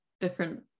different